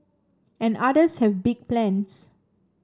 and others have big plans